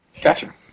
Gotcha